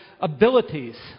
abilities